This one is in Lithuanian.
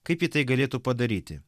kaip ji tai galėtų padaryti